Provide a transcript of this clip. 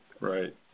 right